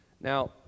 Now